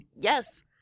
Yes